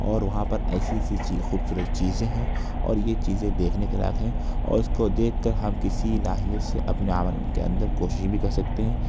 اور وہاں پر ایسی ایسی چیز خوبصورت چیزیں ہیں اور یہ چیزیں دیکھنے کے لائق ہیں اور اس کو دیکھ کر ہم کسی ناحیے سے اپنے عمل کے اندر کوشش بھی کر سکتے ہیں